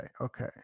Okay